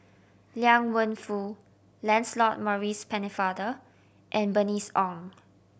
Liang Wenfu Lancelot Maurice Pennefather and Bernice Ong